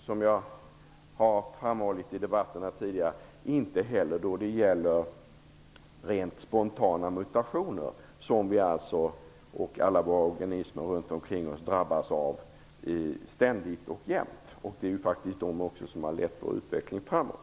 Som jag tidigare framhållit i debatten kan jag inte heller göra det då det gäller rent spontana mutationer som vi och alla organismer runt omkring oss ständigt och jämt drabbas av. Det är faktiskt de som lett vår utveckling framåt.